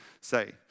say